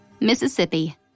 Mississippi